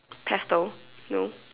pestle no